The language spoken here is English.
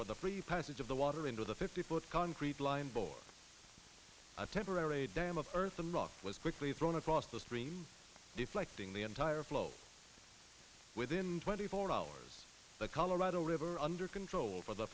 for the free passage of the water into the fifty foot concrete line bore a temporary dam of earth and rock was quickly thrown across the stream deflecting the entire flow within twenty four hours the colorado river under control for the